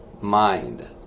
mind